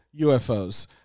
UFOs